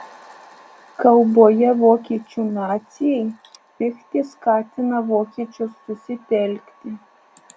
kalboje vokiečių nacijai fichtė skatina vokiečius susitelkti